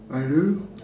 I don't know